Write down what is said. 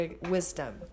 wisdom